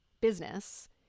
business